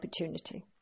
opportunity